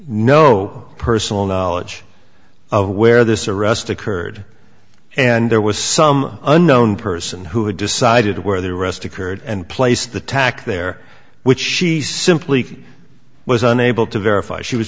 no personal knowledge of where this arrest occurred and there was some unknown person who decided where the arrest occurred and placed the tac there which she simply was unable to verify she was